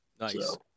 Nice